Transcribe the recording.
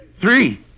Three